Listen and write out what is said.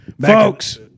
Folks